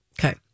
Okay